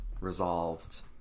resolved